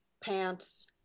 pants